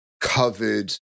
covered